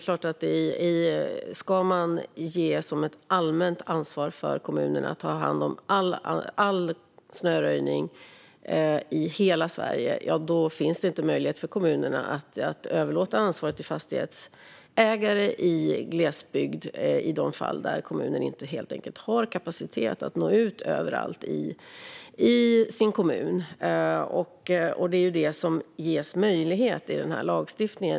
Om det ska ges som ett allmänt ansvar för kommunerna att ta hand om all snöröjning i hela Sverige finns det inte möjlighet för kommunerna att överlåta ansvaret till fastighetsägare i glesbygd i de fall där kommunen helt enkelt inte har kapacitet att nå ut överallt. Det är vad lagstiftningen ger möjlighet till.